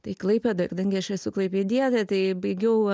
tai klaipėdoj kadangi aš esu klaipėdietėtai baigiau